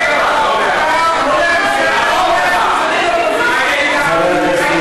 אתה הולך לשבת עוד עשר שנים באופוזיציה.